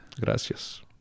Gracias